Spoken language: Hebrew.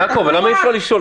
יעקב, למה אי-אפשר לשאול?